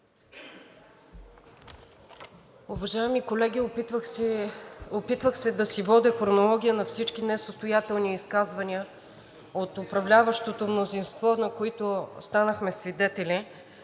Уважаеми колеги, опитвах се да си водя хронология на всички несъстоятелни изказвания от управляващото мнозинство, на които станахме свидетели,